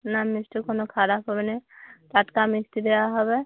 না মিষ্টি কোনও খারাপ হবে নে টাটকা মিষ্টি দেয়া হবে